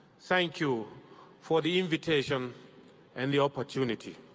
thank you for the invitation and the opportunity.